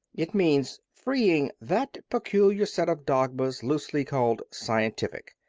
it means freeing that peculiar set of dogmas loosely called scientific,